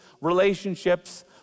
relationships